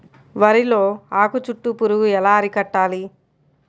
వరిలో ఆకు చుట్టూ పురుగు ఎలా అరికట్టాలి?